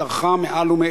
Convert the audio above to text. אבל אני